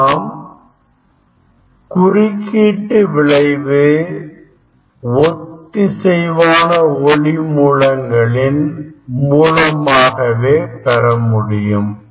நாம் குறுக்கீட்டு விளைவு ஒத்திசைவான ஒளிமூலங்களின் மூலமாகவே பெறமுடியும்